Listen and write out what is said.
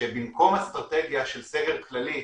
שבמקום אסטרטגיה של סגר כללי,